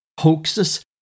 hoaxes